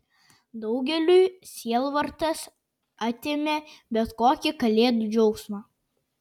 daugeliui sielvartas atėmė bet kokį kalėdų džiaugsmą